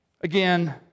again